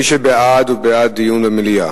מי שבעד הוא בעד דיון במליאה.